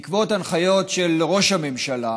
בעקבות הנחיות של ראש הממשלה,